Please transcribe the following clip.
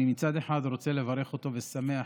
אני מצד אחד רוצה לברך אותו ושמח